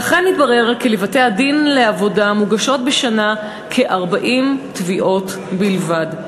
ואכן מתברר כי לבתי-הדין לעבודה מוגשות בשנה כ-40 תביעות בלבד,